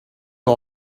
you